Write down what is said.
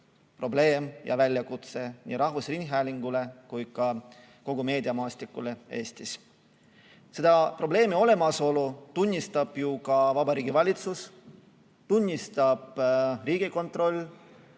probleem ja väljakutse nii rahvusringhäälingule kui ka kogu Eesti meediamaastikule. Selle probleemi olemasolu tunnistab ju ka Vabariigi Valitsus, tunnistab Riigikontroll,